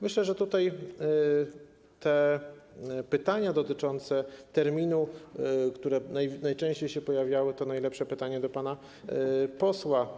Myślę, że pytania dotyczące terminu, które najczęściej się pojawiały, to najlepsze pytania do pana posła.